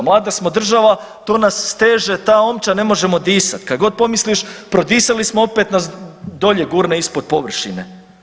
Mlada smo država, to nas steže, ta omča, ne možemo disat, kad god pomisliš prodisali smo opet nas dolje gurne ispod površine.